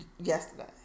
yesterday